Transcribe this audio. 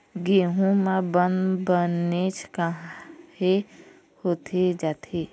गेहूं म बंद बनेच काहे होथे जाथे?